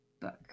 book